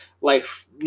life